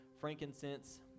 frankincense